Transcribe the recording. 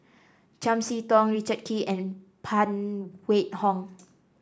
Chiam See Tong Richard Kee and Phan Wait Hong